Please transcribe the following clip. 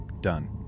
done